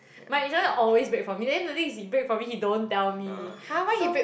my instructor always brake for me then the thing is he brake for me he don't tell me so